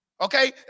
okay